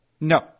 No